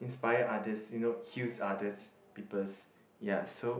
inspire others you know heals others peoples ya so